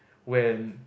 when